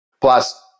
Plus